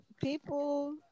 people